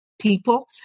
people